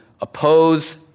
oppose